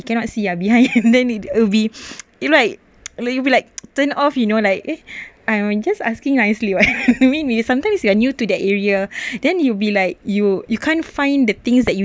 you cannot see ah behind they will be they will be like turn off you know like eh I'm just asking nicely what you mean you sometimes you are new to that area then you'll be like you you can't find the things that you